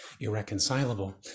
irreconcilable